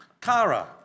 Kara